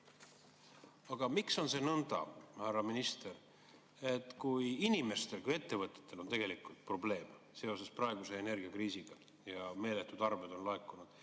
Aga miks on see nõnda, härra minister, et kui inimestel, kui ettevõtetel on tegelikult probleeme seoses praeguse energiakriisiga ja meeletud arved on laekunud,